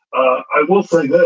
i will say this.